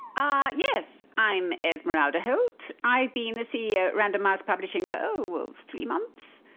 ah, yes, i'm esmeralda holt, i've been the ceo at random mouse publishing for ooh, three months.